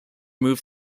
move